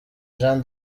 jean